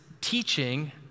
teaching